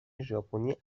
ژاپنی